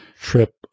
trip